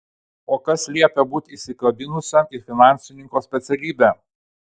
o kas liepia būti įsikabinusiam į finansininko specialybę